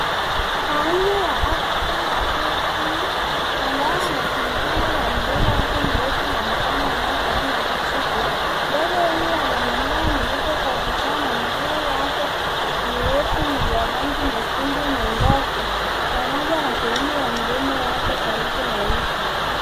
Aina ya Africa brooms beak ambaye anajulikana kwa mdomo wake mrefu na mkono unaofanana na kijiko ndege huyo ana manyoya meupe kabisaa na miguu yake ni refu ni ya rangi nyekundu nyangafu pamoja na sehemu ya mdomo wake karibu na uso.